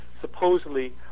supposedly